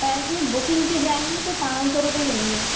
پیسے بکنگ پہ جائیں گے تو پانچ سو روپئے لیں گے